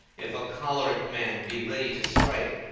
if a choleric man be ready to strike,